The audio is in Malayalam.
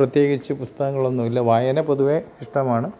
പ്രത്യേകിച്ച് പുസ്തകങ്ങളൊന്നും ഇല്ല വായന പൊതുവേ ഇഷ്ടമാണ്